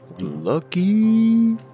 Lucky